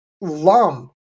Lum